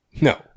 No